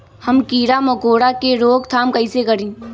हम किरा मकोरा के रोक थाम कईसे करी?